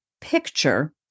picture